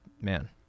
Man